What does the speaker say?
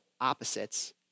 opposites